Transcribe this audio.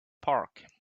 park